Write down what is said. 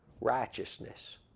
righteousness